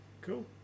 Cool